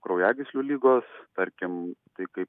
kraujagyslių ligos tarkim tai kaip